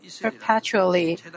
perpetually